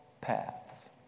paths